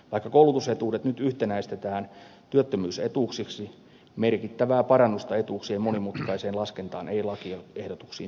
vaikka koulutusetuudet nyt yhtenäistetään työttömyysetuuksiksi merkittävää parannusta etuuksien monimutkaiseen laskentaan ei lakiehdotuksiin sisälly